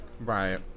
Right